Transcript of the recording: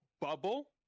bubble